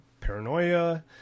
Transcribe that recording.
paranoia